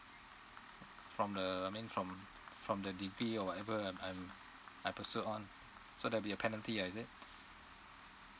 from the I mean from from the degree or whatever I'm I'm I pursuit on so there'll be a penalty ah is it